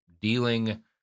dealing